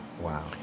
Wow